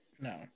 No